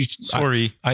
sorry